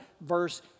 verse